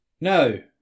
no